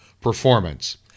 performance